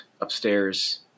upstairs